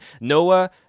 Noah